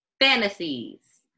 fantasies